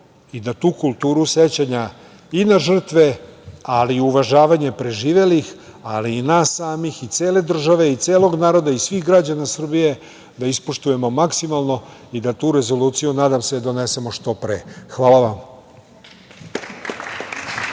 i da tu kulturu sećanja i na žrtve, ali i uvažavanje preživelih, ali nas samih i cele države i celog naroda i svih građana Srbije da ispoštujemo maksimalno i da tu rezoluciju, nadam se, donesemo što pre. Hvala vam.